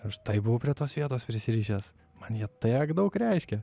aš taip buvau prie tos vietos prisirišęs man jie tiek daug reiškė